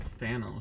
Thanos